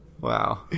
Wow